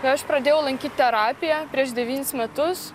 kai aš pradėjau lankyt terapiją prieš devynis metus